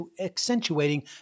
accentuating